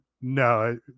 no